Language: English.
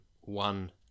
one